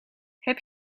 heb